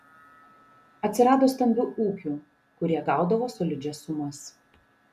atsirado stambių ūkių kurie gaudavo solidžias sumas